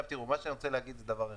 תראו, מה שאני רוצה להגיד זה דבר אחד: